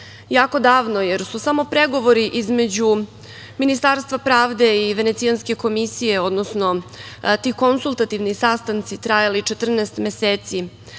jako davno, jer su samo pregovori između Ministarstva pravde i Venecijanske komisije, odnosno ti konsultativni sastanci trajali 14 meseci,